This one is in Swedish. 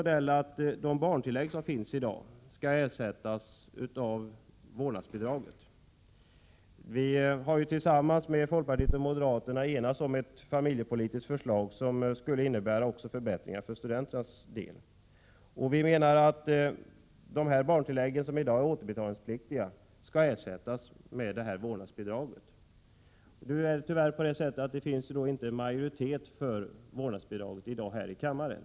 Dagens barntillägg vill vi skall ersättas av vårdnadsbidrag enligt det gemensamma familjepolitiska förslag som centern, folkpartiet och moderaterna enats om och som också skulle innebära förbättringar för studenternas del. Dagens barntillägg är dessutom återbetalningspliktiga, och vi anser alltså att de bör ersättas med vårdnadsbidrag. Tyvärr finns det nu inte en majoritet för vårdnadsbidrag här i kammaren.